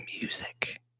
music